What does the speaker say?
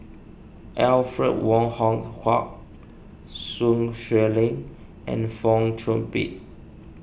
Alfred Wong Hong Kwok Sun Xueling and Fong Chong Pik